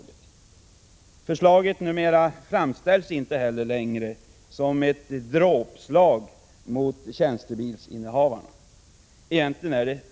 Förslaget framställs numera inte längre som ett dråpslag mot tjänstebilsinnehavarna.